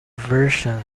version